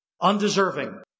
Undeserving